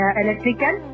electrical